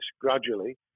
gradually